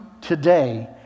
today